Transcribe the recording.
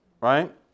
Right